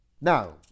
Now